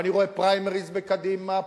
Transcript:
ואני רואה פריימריס בקדימה,